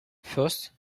first